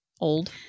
old